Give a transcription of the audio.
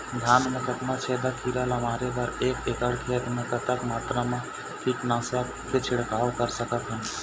धान मा कतना छेदक कीरा ला मारे बर एक एकड़ खेत मा कतक मात्रा मा कीट नासक के छिड़काव कर सकथन?